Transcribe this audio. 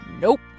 Nope